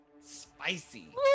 Spicy